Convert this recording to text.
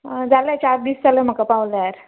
जाले चार दीस जाले म्हाका पावल्यार